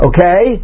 Okay